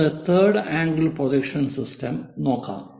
നമുക്ക് third angle projection system നോക്കാം